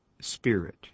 spirit